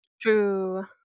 true